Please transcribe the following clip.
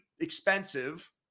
expensive